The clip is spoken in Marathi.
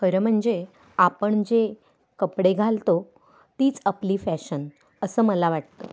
खरं म्हणजे आपण जे कपडे घालतो तीच आपली फॅशन असं मला वाटतं